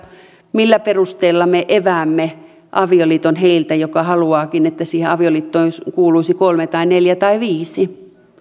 millä perusteella me epäämme avioliiton heiltä jotka haluavatkin että siihen avioliittoon kuuluisi kolme tai neljä tai viisi